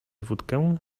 wódkę